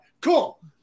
cool